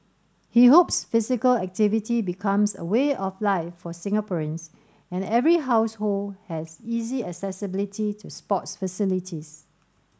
he hopes physical activity becomes a way of life for Singaporeans and every household has easy accessibility to sports facilities